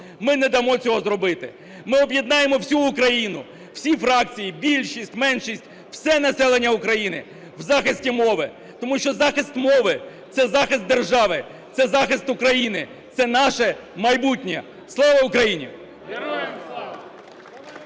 Ми не дамо цього зробити. Ми об'єднаємо всю Україну, всі фракції, більшість, меншість, все населення України у захисті мови. Тому що захист мови – це захист держави, це захист України, це наше майбутнє! Слава Україні! ГОЛОСИ ІЗ